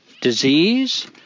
disease